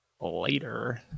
later